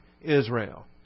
Israel